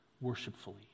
worshipfully